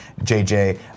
JJ